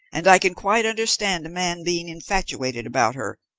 and i can quite understand a man being infatuated about her,